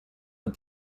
but